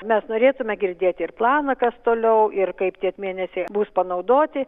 mes norėtume girdėti ir planą kas toliau ir kaip tie mėnesiai bus panaudoti